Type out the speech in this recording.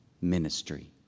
ministry